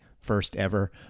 first-ever